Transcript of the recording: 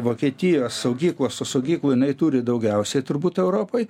vokietijos saugyklos o saugyklų jinai turi daugiausiai turbūt europoj